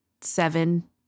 seven